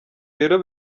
rero